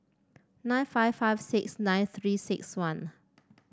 nine five five six nine Three six one